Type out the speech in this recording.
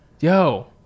yo